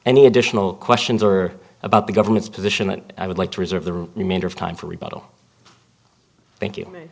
any additional questions or about the government's position that i would like to reserve the remainder of time for rebuttal thank